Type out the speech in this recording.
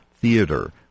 theater